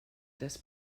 das